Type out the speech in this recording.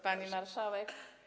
Pani Marszałek!